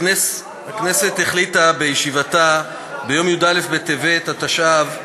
הכנסת החליטה בישיבתה ביום י"א בטבת התשע"ו,